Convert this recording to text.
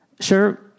Sure